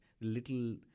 little